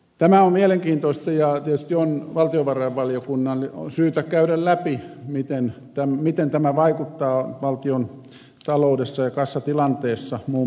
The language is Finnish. tämä on mielenkiintoista ja tietysti valtiovarainvaliokunnan on syytä käydä läpi miten tämä vaikuttaa valtion taloudessa ja kassatilanteessa muun muassa